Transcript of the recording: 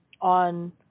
on